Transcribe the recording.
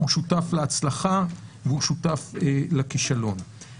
הוא שותף להצלחה והוא שותף לכישלון.